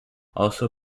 also